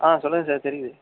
ஆ சொல்லுங்க சார் தெரியுது